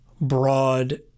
broad